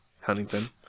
Huntington